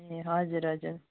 ए हजुर हजुर